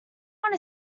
want